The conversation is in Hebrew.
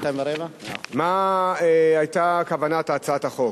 מה היתה כוונת הצעת החוק?